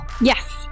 yes